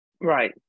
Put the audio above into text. Right